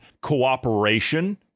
cooperation